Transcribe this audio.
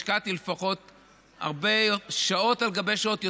השקעתי לפחות שעות על גבי שעות,